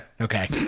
Okay